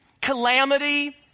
Calamity